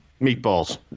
Meatballs